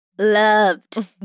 Loved